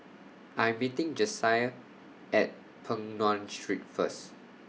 I'm meeting Jasiah At Peng Nguan Street First